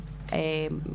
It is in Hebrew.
ברכת